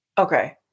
Okay